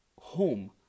home